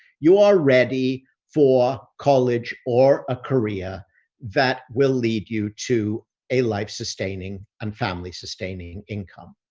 you are ready for college or a career that will lead you to a life sustaining and family sustaining income.